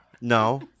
No